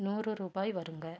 நூறு ரூபாய் வருங்க